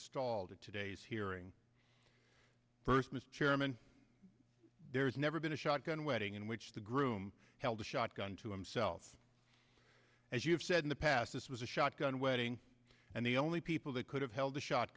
at today's hearing first mr chairman there's never been a shotgun wedding in which the groom held a shotgun to himself as you have said in the past this was a shotgun wedding and the only people that could have held a